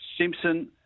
Simpson